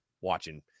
watching